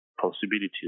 possibilities